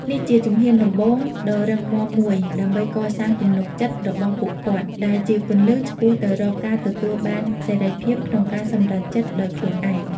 នេះជាជំហានដំបូងដ៏រឹងមាំមួយដើម្បីកសាងទំនុកចិត្តរបស់ពួកគាត់ ដែលជាគន្លឹះឆ្ពោះទៅរកការទទួលបានសេរីភាពក្នុងការសម្រេចចិត្តដោយខ្លួនឯង។